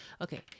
Okay